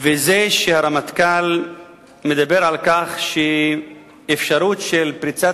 וזה שהרמטכ"ל מדבר על כך שאפשרות לפריצת